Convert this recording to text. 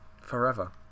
Forever